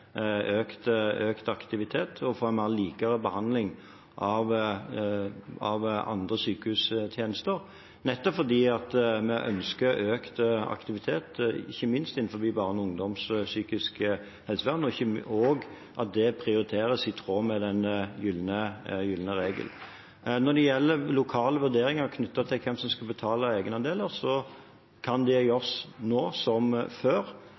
en mer lik behandling med andre sykehustjenester. Dette er nettopp fordi vi ønsker økt aktivitet, ikke minst innen psykisk helsevern for barn og ungdom, og at det prioriteres i tråd med den gylne regel. Når det gjelder lokale vurderinger knyttet til hvem som skal betale egenandeler, kan det gjøres nå som før,